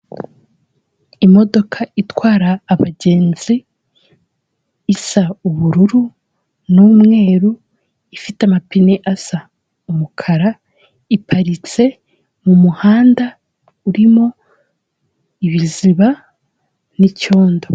Imodoka itwara abagenzi, isa ubururu n'umweru, ifite amapine asa umukara, iparitse mu muhanda urimo ibiziba n'icyondo.